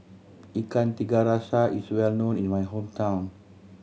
Ikan Tiga Rasa is well known in my hometown